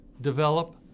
develop